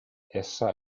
essa